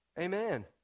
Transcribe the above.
Amen